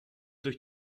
durch